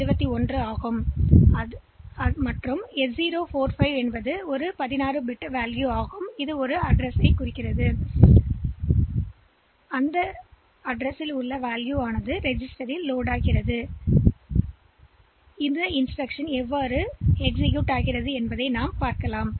எனவே LXI A இன் இந்த குறியீடுஎன்ற கையேட்டில் இருந்து நீங்கள் காணலாம் 21 மற்றும் இந்த F045 என்பது 16 பிட் மதிப்பாகும் இது ஒருஇடத்திலிருந்து முகவரியைக் கொடுக்கும் ரெஜிஸ்டர்ஏற்றப்படும் இடத்திலிருந்து நேரடியாக முகவரியைக் கொடுப்பதில் இது சுமை நீட்டிக்கப்பட்டுள்ளது டேட்டா ஏற்றப்படும்